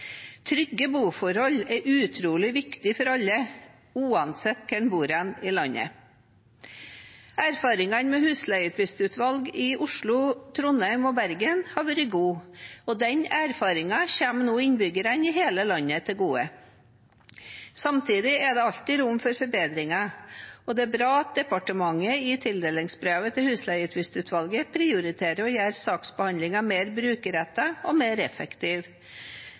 Trygge boforhold er utrolig viktig for alle uansett hvor en bor hen i landet. Erfaringene med husleietvistutvalg i Oslo, Trondheim og Bergen har vært gode, og den erfaringen kommer nå innbyggerne i hele landet til gode. Samtidig er det alltid rom for forbedringer. Det er bra at departementet i tildelingsbrevet til Husleietvistutvalget prioriterer å gjøre saksbehandlingen mer brukerrettet og mer